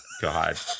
god